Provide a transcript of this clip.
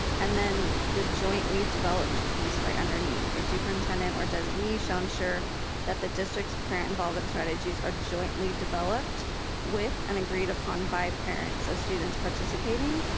and then the joint waived developed piece right underneath. the superintendent or designee shall ensure that the district's parent involvement strategies are jointly developed with and agreed upon by parents as students participating.